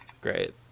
Great